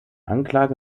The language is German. anklage